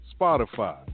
Spotify